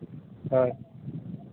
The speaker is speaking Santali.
ᱦᱮᱸ